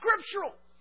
scriptural